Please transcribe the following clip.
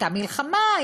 הייתה מלחמה,